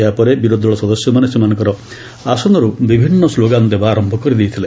ଏହାପରେ ବିରୋଧି ଦଳ ସଦସ୍ୟମାନେ ସେମାନଙ୍କର ଆସନରୁ ବିଭିନ୍ନ ସ୍ଲୋଗାନ ଦେବା ଆରମ୍ଭ କରିଦେଇଥିଲେ